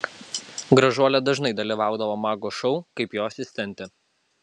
gražuolė dažnai dalyvaudavo mago šou kaip jo asistentė